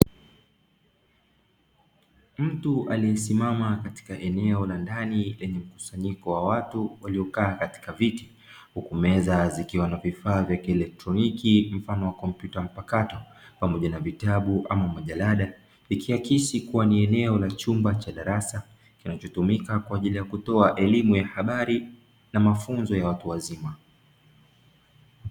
Mtu aliyesimama katika eneo la ndani lenye mkusanyiko wa watu waliokaa huku meza zikiwa na vifaa vya kielektroniki kama kompyuta mpakato pamoja na ni eneo la chumba cha darasa kinachotumika kwa ajili ya elimu ya habari na mafunzo ya watu wazima.